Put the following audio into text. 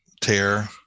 tear